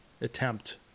attempt